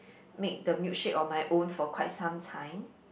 make the milkshake on my own for quite sometime